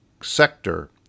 sector